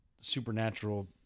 supernatural